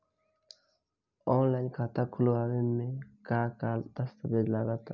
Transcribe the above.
Online खाता खूलावे म का का दस्तावेज लगा ता?